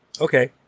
Okay